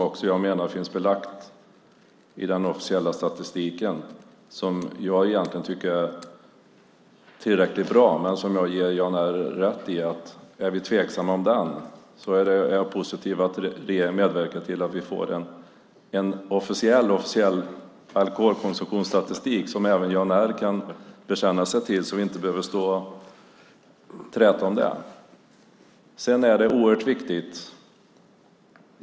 Jag menar att den finns belagd i den officiella statistiken. Jag tycker att statistiken egentligen är tillräckligt bra, men jag ger Jan R rätt i att om vi är tveksamma till den är jag positiv till att regeringen medverkar till att vi får en officiell alkoholkonsumtionsstatistik som även Jan R kan bekänna sig till, så att vi inte behöver stå och träta om den.